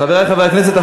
חברי חברי הכנסת,